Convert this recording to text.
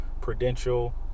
Prudential